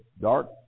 dark